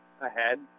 ahead